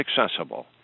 accessible